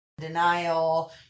denial